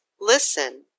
Listen